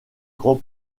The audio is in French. grand